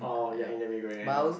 oh ya in the Mee-Goreng I know